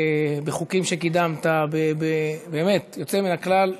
בחוקים שקידמת, באמת, יוצא מן הכלל.